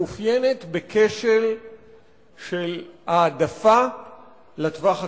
מאופיינת בכשל של העדפה לטווח הקצר.